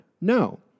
No